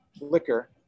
liquor